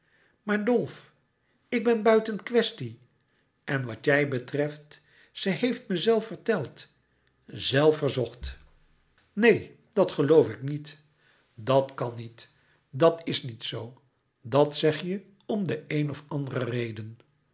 maar dolf ik ben buiten kwestie en wat jou betreft ze heeft me zelf verteld zelf verzocht neen dat geloof ik niet dat kan niet dat is niet zoo dat zeg je om de een of andere reden